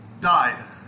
died